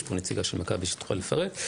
ויש פה נציגה של מכבי שתוכל לפרט.